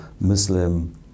Muslim